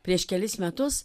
prieš kelis metus